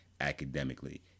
academically